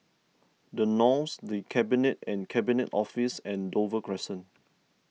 the Knolls the Cabinet and Cabinet Office and Dover Crescent